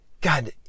God